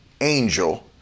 angel